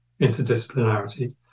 interdisciplinarity